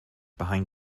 behind